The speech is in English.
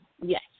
Yes